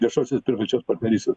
viešosios privačios parnerystės